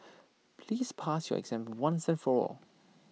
please pass your exam once and for all